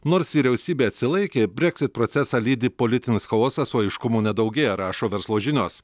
nors vyriausybė atsilaikė brexit procesą lydi politinis chaosas o aiškumo nedaugėja rašo verslo žinios